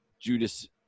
Judas